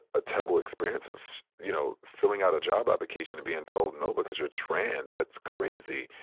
ah terrible experience of, you know, filling out a job application of being told no, because you're trans. that's crazy.